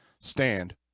Stand